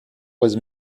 was